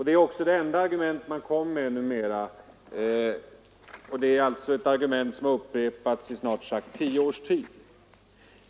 Det är också det enda argument man numera kommer med, ett argument som har upprepats i snart tio år.